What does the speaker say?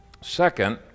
Second